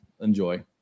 enjoy